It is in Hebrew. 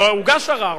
לא, הוגש ערר.